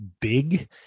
big